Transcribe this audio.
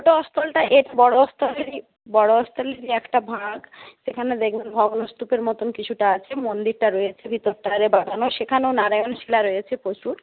ছোটো স্থলটা বড় স্থলেরই একটা ভাগ সেখানে দেখবেন ভগ্নস্তূপের মতন কিছুটা আছে মন্দিরটা রয়েছে ভিরতটায় বাঁধানো সেখানেও নারায়ণ শিলা রয়েছে প্রচুর